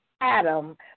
Adam